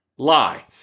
lie